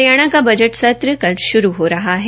हरियाणा का बजट सत्र कल श्रू हो रहा है